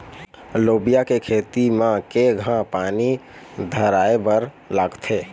लोबिया के खेती म केघा पानी धराएबर लागथे?